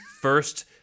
first